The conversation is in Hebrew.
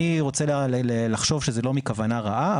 אני רוצה לחשוב שזה לא מכוונה רעה,